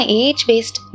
age-based